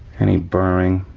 any burring,